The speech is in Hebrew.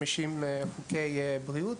יש 50 חוקי בריאות,